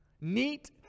Neat